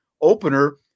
opener